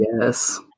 Yes